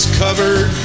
covered